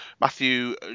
Matthew